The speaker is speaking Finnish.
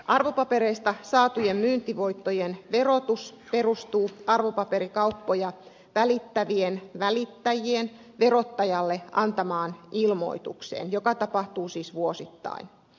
arvopapereista saatujen myyntivoittojen verotus perustuu arvopaperikauppoja välittävien välittäjien verottajalle antamaan ilmoitukseen joka annetaan siis vuosittain